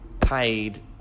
paid